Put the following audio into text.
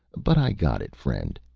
but i got it, friend!